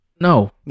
No